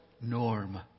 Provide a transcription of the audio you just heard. norm